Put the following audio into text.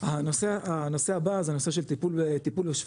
הנושא הבא זה הנושא של טיפול בשפכים,